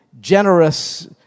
generous